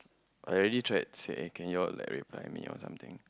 I already tried say eh can you all reply me or something